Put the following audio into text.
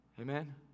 Amen